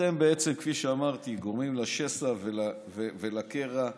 אתם בעצם, כפי שאמרתי, גורמים לשסע ולקרע בעם,